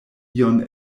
ion